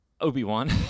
Obi-Wan